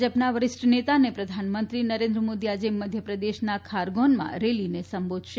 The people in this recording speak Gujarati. ભાજપના વરિષ્ઠ નેતા અને પ્રધાનમંત્રી નરેન્દ્ર મોદી આજે મધ્યપ્રદેશના ખારગોનમાં રેલીને સંબોધશે